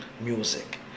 music